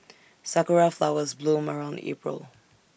Sakura Flowers bloom around April